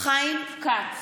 חיים כץ,